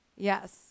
Yes